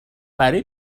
برای